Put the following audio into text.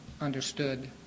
understood